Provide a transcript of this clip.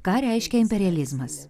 ką reiškia imperializmas